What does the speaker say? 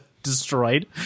destroyed